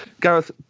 Gareth